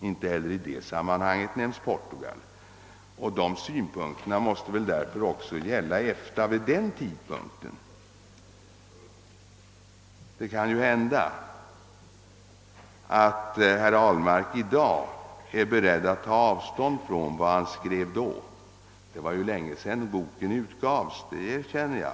Inte heller i det sammanhanget nämns Portugal. De synpunkterna måste väl också gälla EFTA vid den tidpunkten. Det kan ju hända att herr Ahlmark i dag är beredd att ta avstånd från vad han skrev då. Det var länge sedan boken utgavs — det erkänner jag.